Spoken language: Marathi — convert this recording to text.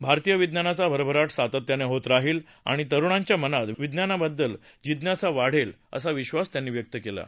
भारतीय विज्ञानाचा भरभराट सातत्यानं होत राहील आणि तरुणांच्या मनात विज्ञानाबद्दल जिज्ञासा वाढेल असा विधास त्यांनी व्यक्त केला आहे